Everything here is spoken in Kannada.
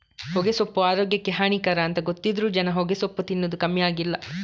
ಹೊಗೆಸೊಪ್ಪು ಆರೋಗ್ಯಕ್ಕೆ ಹಾನಿಕರ ಅಂತ ಗೊತ್ತಿದ್ರೂ ಜನ ಹೊಗೆಸೊಪ್ಪು ತಿನ್ನದು ಕಮ್ಮಿ ಆಗ್ಲಿಲ್ಲ